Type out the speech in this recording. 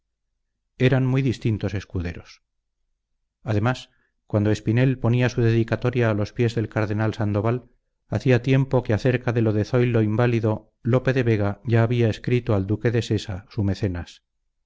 eran muy distintos escuderos además cuando espinel ponía su dedicatoria a los pies del cardenal sandoval hacía tiempo que acerca de lo de zoilo inválido lope de vega ya había escrito al duque de sesa su mecenas